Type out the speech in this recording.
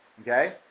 okay